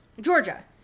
Georgia